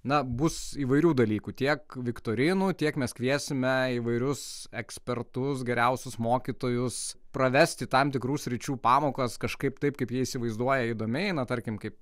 na bus įvairių dalykų tiek viktorinų tiek mes kviesime įvairius ekspertus geriausius mokytojus pravesti tam tikrų sričių pamokas kažkaip taip kaip jie įsivaizduoja įdomiai na tarkim kaip